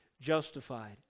justified